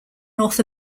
north